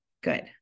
good